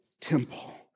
temple